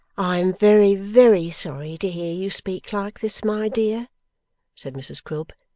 i am very, very sorry, to hear you speak like this, my dear said mrs quilp.